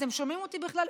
אתם שומעים אותי בכלל?